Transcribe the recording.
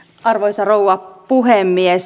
arvoisa rouva puhemies